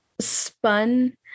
spun